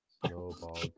Snowball